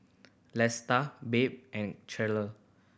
Lesta Babe and Cherelle